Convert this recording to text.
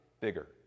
bigger